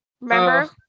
remember